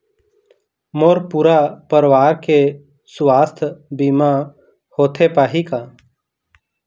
मोर पूरा परवार के सुवास्थ बीमा होथे पाही का?